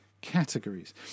categories